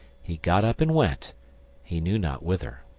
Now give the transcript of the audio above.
he got up and went he knew not whither.